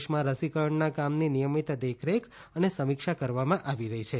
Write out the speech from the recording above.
દેશમાં રસીકરણના કામની નિયમિત દેખરેખ અને સમીક્ષા કરવામાં આવી રહી છે